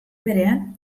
berean